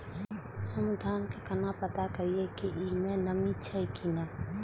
हम धान के केना पता करिए की ई में नमी छे की ने?